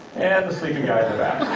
and the sleeping guy in the back.